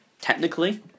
technically